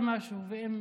לי,